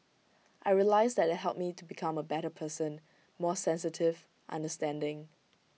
I realised that IT helped me to become A better person more sensitive understanding